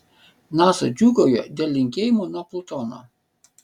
nasa džiūgauja dėl linkėjimų nuo plutono